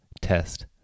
test